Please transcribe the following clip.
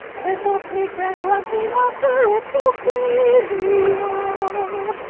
little pig ran grunting after it so gaily o!